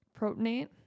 protonate